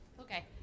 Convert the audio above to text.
Okay